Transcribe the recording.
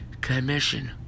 commission